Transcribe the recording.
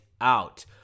out